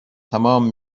تمام